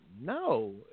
no